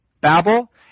Babel